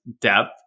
depth